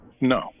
No